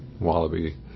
Wallaby